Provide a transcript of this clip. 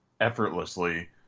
effortlessly